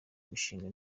imishinga